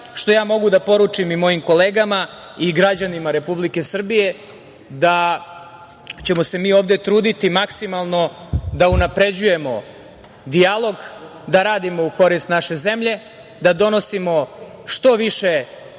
što ja mogu da poručim i mojim kolegama i građanima Republike Srbije, da ćemo se mi ovde truditi maksimalno da unapređujemo dijalog, da radimo u korist naše zemlje, da donosimo što više